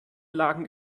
lagen